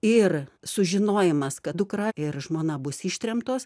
ir sužinojimas kad dukra ir žmona bus ištremtos